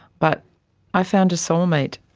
but i found a soulmate,